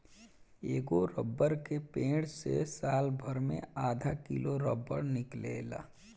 एगो रबर के पेड़ से सालभर मे आधा किलो रबर निकलेला